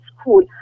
school